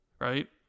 Right